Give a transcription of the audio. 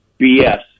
BS